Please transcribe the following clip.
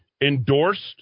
endorsed